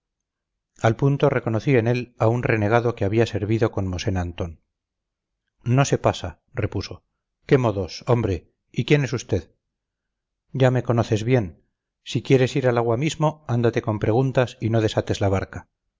al punto reconocí en él a un renegado que había servido con mosén antón no se pasa repuso qué modos hombre y quién es usted ya me conoces bien si quieres ir al agua ahora mismo ándate con preguntas y no desates la barca